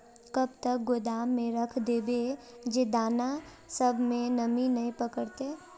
कब तक गोदाम में रख देबे जे दाना सब में नमी नय पकड़ते?